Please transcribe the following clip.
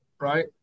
Right